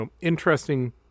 interesting